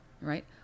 right